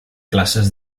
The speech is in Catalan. classes